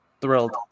Thrilled